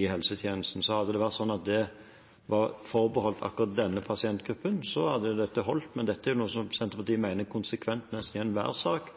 i helsetjenesten. Hadde det vært sånn at det var forbeholdt akkurat denne pasientgruppen, hadde dette holdt. Men det er jo noe som Senterpartiet mener konsekvent nesten i enhver sak,